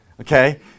Okay